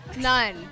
None